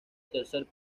tercer